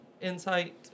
insight